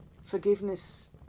forgiveness